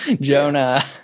jonah